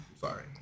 Sorry